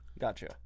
Gotcha